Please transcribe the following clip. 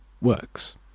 works